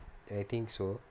I think so